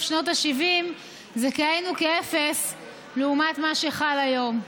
שנות ה-70 זה כאין וכאפס לעומת מה שחל היום.